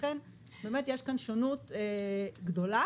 לכן יש כאן שונות גדולה.